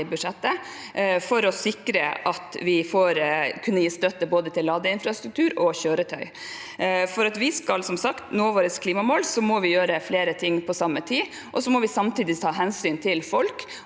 i budsjettet for å sikre at vi kan gi støtte til både ladeinfrastruktur og kjøretøy. Som sagt: For at vi skal nå våre klimamål, må vi gjøre flere ting på samme tid. Vi må samtidig ta hensyn til folk,